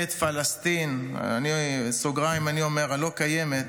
את פלסטין" בסוגריים אני אומר: הלא-קיימת,